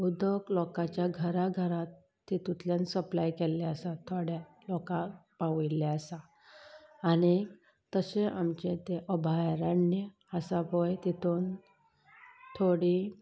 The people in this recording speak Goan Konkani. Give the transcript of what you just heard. उदक लोकाच्या घरा घरांत तातुंतल्यान सप्लाय केल्लें आसा थोड्या लोकांक पावयल्लें आसा आनी तशें आमचें तें अभयारण्य आसा पळय तातूंत थोडीं